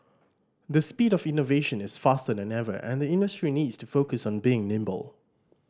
the speed of innovation is faster than ever and the industry needs to focus on being nimble